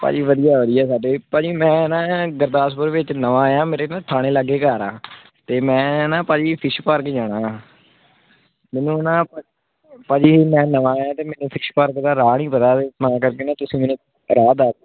ਭਾਅ ਜੀ ਵਧੀਆ ਵਧੀਆ ਸਾਡੇ ਭਾਅ ਜੀ ਮੈਂ ਨਾ ਗੁਰਦਾਸਪੁਰ ਵਿੱਚ ਨਵਾਂ ਆਇਆਂ ਮੇਰੇ ਨਾ ਥਾਣੇ ਲਾਗੇ ਘਰ ਆ ਅਤੇ ਮੈਂ ਨਾ ਭਾਅ ਜੀ ਫਿਸ਼ ਪਾਰਕ ਜਾਣਾ ਆ ਮੈਨੂੰ ਨਾ ਭ ਭਾਅ ਜੀ ਮੈਂ ਨਵਾਂ ਆਇਆਂ ਅਤੇ ਮੈਨੂੰ ਫਿਸ਼ ਪਾਰਕ ਦਾ ਰਾਹ ਨਹੀਂ ਪਤਾ ਅਤੇ ਤਾਂ ਕਰਕੇ ਨਾ ਤੁਸੀਂ ਮੈਨੂੰ ਰਾਹ ਦੱਸ